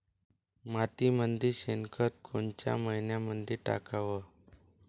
मातीमंदी शेणखत कोनच्या मइन्यामंधी टाकाव?